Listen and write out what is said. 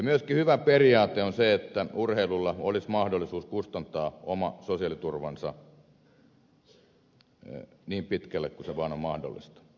myöskin hyvä periaate on se että urheilulla olisi mahdollisuus kustantaa oma sosiaaliturvansa niin pitkälle kuin se vain on mahdollista